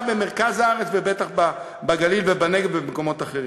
במרכז הארץ ובטח בגליל ובנגב ובמקומות אחרים.